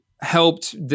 helped